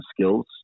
skills